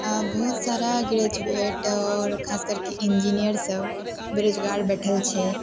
बहुत सारा ग्रेजुएट आ खास करके इन्जीनियर सब बेरोजगार बैठल छै